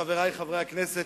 חברי חברי הכנסת,